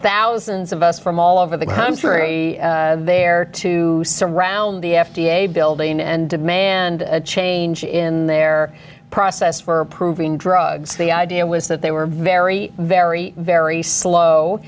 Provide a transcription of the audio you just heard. thousands of us from all over the crimes very there to surround the f d a building and demand a change in their process for approving drugs the idea was that they were very very very slow